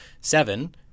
Seven